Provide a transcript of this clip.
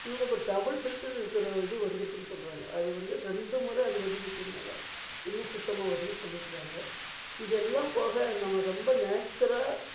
இன்னொன்று இப்போ double filter இருக்கிறது இது வந்துருக்குதுன்னு சொல்கிறாங்க அது வந்து ரெண்டு முறை அதை வடிகட்டுறதுனால இன்னும் சுத்தமாக வருதுன்னு சொல்லிக்கிறாங்க இது எல்லாம் போக நம்ம ரொம்ப நேச்சராக